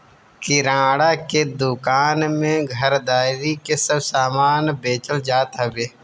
किराणा के दूकान में घरदारी के सब समान बेचल जात हवे